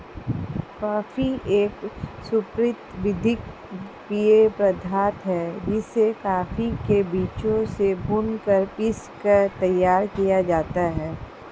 coffee एक स्फूर्ति वर्धक पेय पदार्थ है जिसे कॉफी के बीजों से भूनकर पीसकर तैयार किया जाता है